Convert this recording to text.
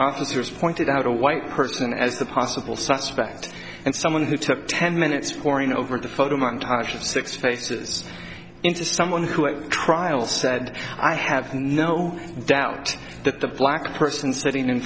officers pointed out a white person as the possible suspect and someone who took ten minutes poring over the photo montage of six faces into someone who at trial said i have no doubt that the black person sitting in